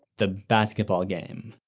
the, basketball game,